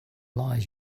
lies